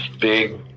big